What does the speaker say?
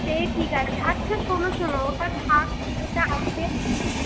সে ঠিক আছে আচ্ছা শোনো শোনো ওটা থাক ওটা আছে